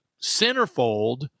centerfold